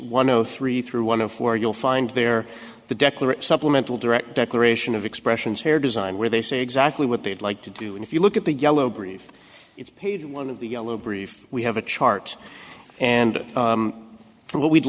one o three through one of four you'll find there the declaration supplemental direct declaration of expressions here design where they say exactly what they'd like to do and if you look at the yellow brief it's page one of the yellow brief we have a chart and what we'd